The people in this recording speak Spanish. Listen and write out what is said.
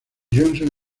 johnson